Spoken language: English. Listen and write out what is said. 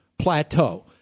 plateau